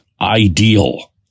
ideal